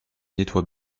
nettoie